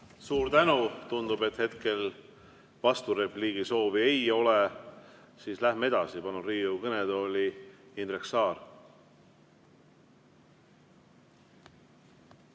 Suur tänu! Tundub, et hetkel vasturepliigi soovi ei ole, seega läheme edasi. Palun Riigikogu kõnetooli, Indrek Saar!